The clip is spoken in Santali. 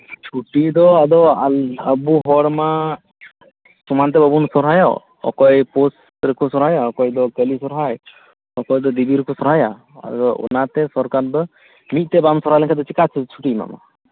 ᱪᱷᱩᱴᱤ ᱫᱚ ᱟᱫᱚ ᱟᱵᱚ ᱦᱚᱲ ᱢᱟ ᱥᱚᱢᱟᱱ ᱛᱮ ᱵᱟᱵᱚᱱ ᱥᱚᱨᱦᱟᱭᱚᱜ ᱚᱠᱚᱭ ᱯᱳᱥ ᱨᱮᱠᱚ ᱥᱚᱨᱦᱟᱭᱚᱜ ᱚᱠᱚᱭ ᱠᱟᱹᱞᱤ ᱥᱚᱨᱦᱟᱭ ᱚᱠᱚᱭ ᱫᱚ ᱫᱮᱵᱤ ᱨᱮᱠᱚ ᱥᱚᱨᱦᱟᱭᱚᱜᱼᱟ ᱟᱫᱚ ᱚᱱᱟᱛᱮ ᱥᱚᱨᱠᱟᱨ ᱫᱚ ᱢᱤᱫᱴᱷᱮᱡ ᱵᱟᱢ ᱥᱚᱨᱦᱟᱭ ᱞᱮᱱᱠᱷᱟᱱ ᱫᱚ ᱪᱤᱠᱟᱛᱮ ᱪᱷᱩᱴᱤᱭ ᱮᱢᱟᱢᱟ